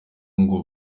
ngo